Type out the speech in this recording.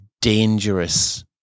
dangerous